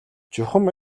чухам